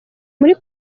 muri